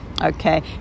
okay